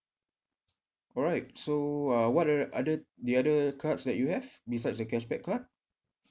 alright so uh what other other the other cards that you have besides the cashback card